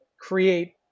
create